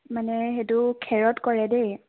মানে সেইটো খেৰত কৰে দেই